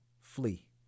flee